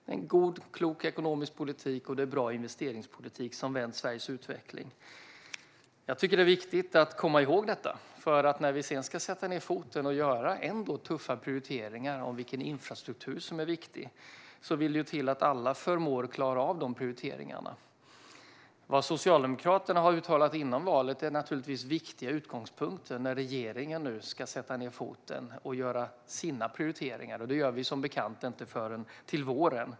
Det är en god och klok ekonomisk politik och en bra investeringspolitik som har vänt Sveriges utveckling. Jag tycker att det är viktigt att komma ihåg detta, för när vi sedan ska sätta ned foten och göra tuffa prioriteringar om vilken infrastruktur som är viktig vill det till att alla förmår att klara av dessa prioriteringar. Vad Socialdemokraterna har uttalat före valet är naturligtvis viktiga utgångspunkter när regeringen nu ska sätta ned foten och göra sina prioriteringar, vilket som bekant inte sker förrän till våren.